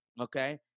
Okay